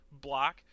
block